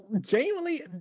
genuinely